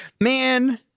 Man